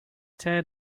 tear